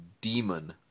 demon